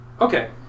Okay